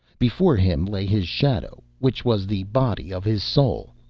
before him lay his shadow, which was the body of his soul,